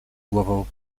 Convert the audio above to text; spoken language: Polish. głową